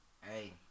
Hey